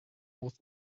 muss